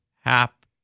Hap